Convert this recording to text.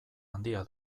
handia